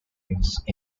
used